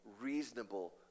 reasonable